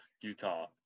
Utah